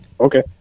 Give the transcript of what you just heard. Okay